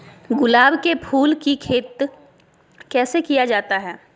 गुलाब के फूल की खेत कैसे किया जाता है?